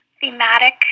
thematic